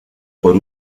por